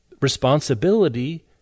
responsibility